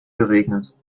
geregnet